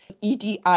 EDI